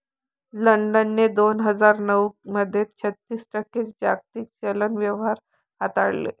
लंडनने दोन हजार नऊ मध्ये छत्तीस टक्के जागतिक चलन व्यवहार हाताळले